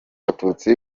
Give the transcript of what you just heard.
abatutsi